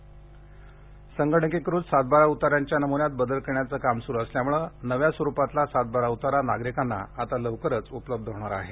पुणे सात बारा संगणकीकृत सात बारा उताऱ्याच्या नमून्यात बदल करण्याचं काम सूरू असल्यामुळे नव्या स्वरुपातला सात बारा उतारा नागरिकांना आता लवकरच उपलब्ध होणार आहे